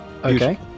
Okay